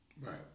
right